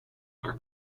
are